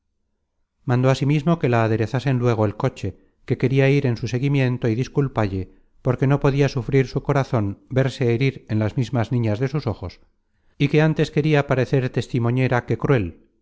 mandó asimismo que la aderezasen luego el coche que queria ir en su seguimiento y disculpalle porque no podia sufrir su corazon verse herir en las mismas niñas de sus ojos y que antes queria parecer testimonera que cruel